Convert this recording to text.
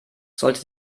sollte